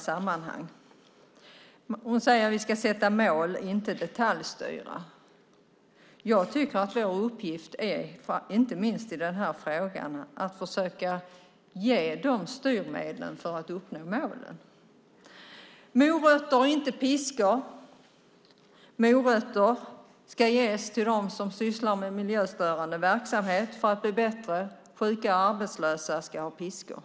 Lena Asplund säger att vi ska sätta upp mål, inte detaljstyra. Men jag tycker att vår uppgift, inte minst i den här frågan, är att försöka ge de styrmedel som behövs för att uppnå målen. Lena Asplund vill ha morötter, inte piskor. Morötter ska ges till dem som sysslar med miljöstörande verksamhet för att det ska bli bättre. Sjuka och arbetslösa ska ha piskor.